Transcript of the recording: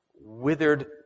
withered